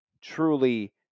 truly